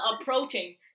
approaching